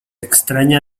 extraña